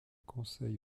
conseille